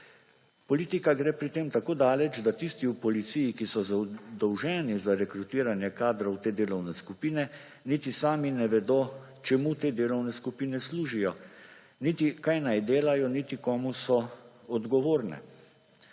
Politika gre pri tem tako daleč, da tisti v policiji, ki so zadolženi za rekrutiranje kadrov te delovne skupine, niti sami ne vedo, čemu te delovne skupine služijo, niti kaj naj delajo, niti komu so odgovorne.